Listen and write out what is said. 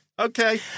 Okay